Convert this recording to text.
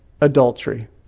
adultery